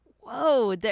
whoa